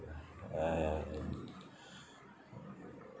uh I